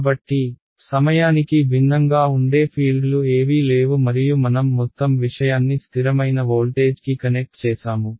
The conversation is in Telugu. కాబట్టి సమయానికి భిన్నంగా ఉండే ఫీల్డ్లు ఏవీ లేవు మరియు మనం మొత్తం విషయాన్ని స్థిరమైన వోల్టేజ్కి కనెక్ట్ చేసాము